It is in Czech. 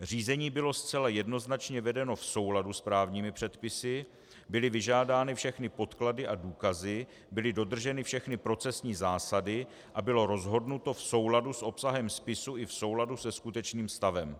Řízení bylo zcela jednoznačně vedeno v souladu s právními předpisy, byly vyžádány všechny podklady a důkazy, byly dodrženy všechny procesní zásady a bylo rozhodnuto v souladu s obsahem spisu i v souladu se skutečným stavem.